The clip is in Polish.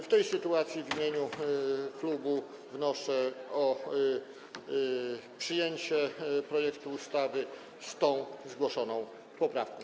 W tej sytuacji w imieniu klubu wnoszę o przyjęcie projektu ustawy z tą zgłoszoną poprawką.